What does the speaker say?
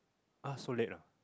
ah so late ah